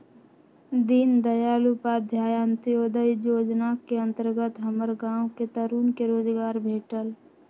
दीनदयाल उपाध्याय अंत्योदय जोजना के अंतर्गत हमर गांव के तरुन के रोजगार भेटल